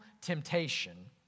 temptation